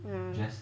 mm